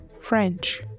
French